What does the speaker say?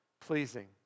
pleasing